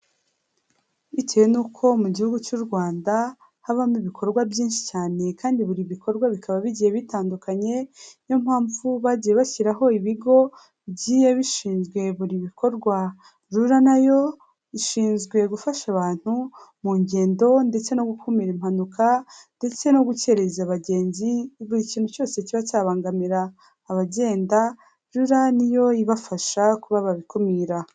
Bitewe n'uko mu Gihugu cy'u Rwanda habamo ibikorwa byinshi cyane kandi buri bikorwa bikaba bigiye bitandukanye, ni yo mpamvu bagiye bashyiraho ibigo bigiye bishinzwe buri bikorwa. RURA na yo ishinzwe gufasha abantu mu ngendo ndetse no gukumira impanuka ndetse no gukereza abagenzi, buri kintu cyose kiba cyabangamira abagenda, RURA ni yo ibafasha kuba babikumira.